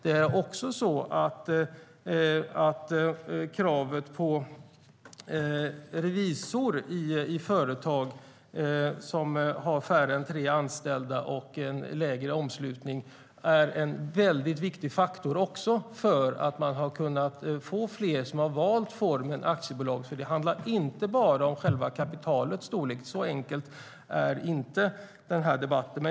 Men borttagande av kravet på revisor i företag som har färre än tre anställda och lägre omslutning är också en viktig faktor för att fler har valt formen aktiebolag. Det handlar alltså inte bara om kapitalets storlek - så enkelt är det inte.